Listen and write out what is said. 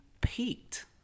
peaked